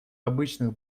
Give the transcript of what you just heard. обычных